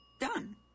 done